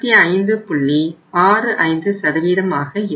65 ஆக இருக்கும்